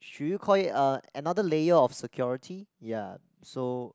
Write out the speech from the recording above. should you call it uh another layer of security ya so